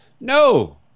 No